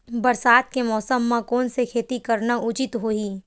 बरसात के मौसम म कोन से खेती करना उचित होही?